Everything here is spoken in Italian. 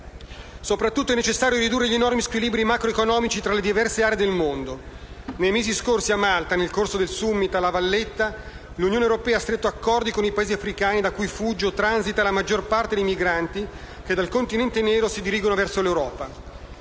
Soprattutto è necessario ridurre gli enormi squilibri macroeconomici tra le diverse aree del mondo. Nei mesi scorsi a Malta, nel corso del *summit* a La Valletta, l'Unione europea ha stretto accordi con i Paesi africani da cui fugge o transita la maggior parte dei migranti che dal Continente nero si dirigono verso l'Europa.